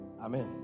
Amen